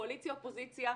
קואליציה-אופוזיציה,